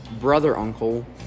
brother-uncle